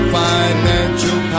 financial